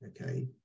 Okay